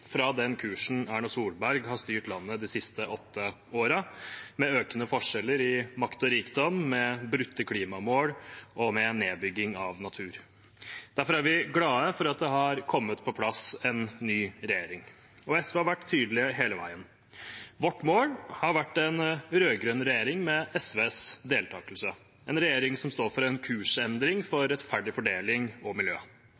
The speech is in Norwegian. fra den kursen Erna Solberg har styrt landet etter de siste åtte årene, med økende forskjeller i makt og rikdom, med brutte klimamål og med nedbygging av natur. Derfor er vi glad for at det har kommet på plass en ny regjering. SV har vært tydelig hele veien. Vårt mål har vært en rød-grønn regjering med SVs deltakelse, en regjering som står for en kursendring,